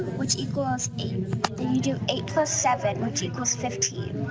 which equals eight, then you do eight plus seven, which equals fifteen,